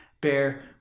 bear